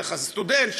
לסטודנט,